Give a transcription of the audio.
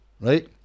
right